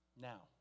now